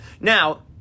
Now